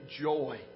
joy